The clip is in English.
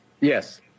Yes